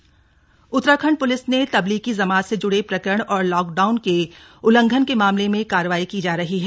Tablighi Jamaat Uttarakhand police ने तबलीगी जमात से ज्ड़े प्रकरण और लॉकडाउन के उल्लघंन के मामले में कार्रवाई की जा रही है